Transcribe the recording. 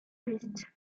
twist